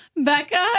Becca